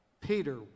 Peter